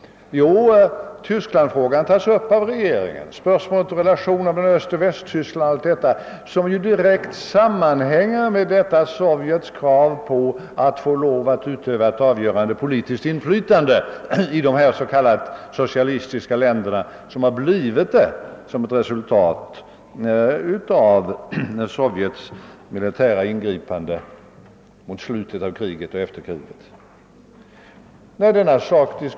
Jo, Tysklandsfrågan tas upp av regeringen — man berör spörsmålet om relationerna mellan Östoch Västtyskland, som ju direkt sammanhänger med Sovjets krav på att få lov att utöva ett avgörande inflytande i dessa s.k. socialistiska länder, vilka blivit socialistiska som ett resultat av Sovjets militära ingripande mot slutet av andra världskriget och efter kriget.